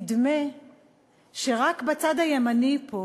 נדמה שרק בצד הימני פה